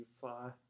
five